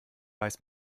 weiß